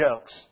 jokes